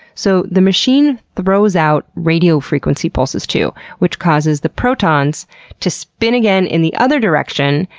so the machine throws out radio frequency pulses too, which causes the protons to spin again in the other direction,